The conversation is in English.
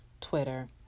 Twitter